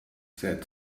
said